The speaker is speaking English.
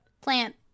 Plant